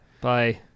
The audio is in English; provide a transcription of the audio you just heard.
bye